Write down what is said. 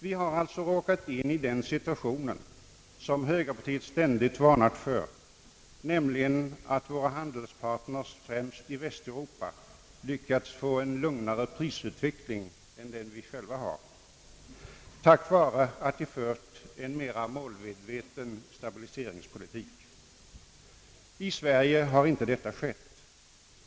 Vi har alltså råkat in i den situation som högerpartiet ständigt varnat för, nämligen att våra handelspartners, främst i Västeuropa, lyckats få en lugnare prisutveckling än vi själva tack vare att de för en mera målmedveten stabiliseringspolitik. I Sverige har detta inte skett.